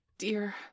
Dear